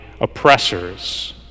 oppressors